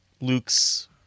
Luke's